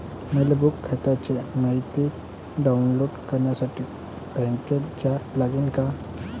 मले बँक खात्याची मायती डाऊनलोड करासाठी बँकेत जा लागन का?